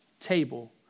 table